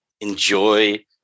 enjoy